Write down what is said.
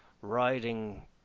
riding